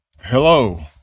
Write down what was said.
hello